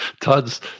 todd's